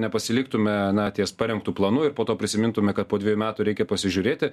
nepasiliktume na ties parengtu planu ir po to prisimintume kad po dvejų metų reikia pasižiūrėti